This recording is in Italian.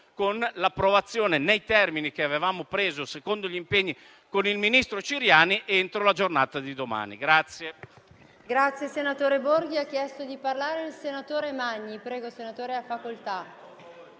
con l'approvazione, nei termini che avevamo preso secondo gli impegni con il ministro Ciriani, entro la giornata di domani.